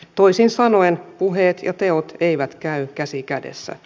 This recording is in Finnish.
toisin sanoen puheet ja teot eivät käy käsi kädessä